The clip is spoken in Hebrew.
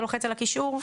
אתה לוחץ על הקישור,